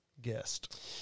guest